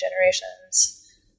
generations